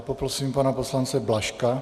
Poprosím pana poslance Blažka.